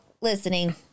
listening